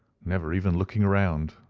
never even looking round,